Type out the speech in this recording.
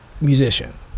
musician